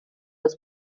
das